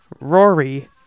Rory